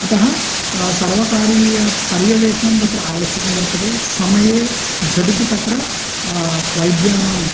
अतः सर्वकारीयपर्यवेक्षणं तत्र आवश्यकं वर्तते समये झटिति तत्र वैद्यानां